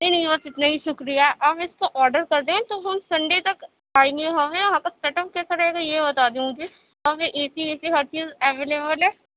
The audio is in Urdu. نہیں نہیں بس اتنا ہی شُکریہ آپ اِس کو آڈر کر دیں تو ہم سنڈے تک آئیں گے وہاں پہ وہاں کا سیٹ اپ کیسا رہے گا یہ بتا دیں مجھے وہاں پہ اے سی ویسی ہر چیز اویلیبل ہے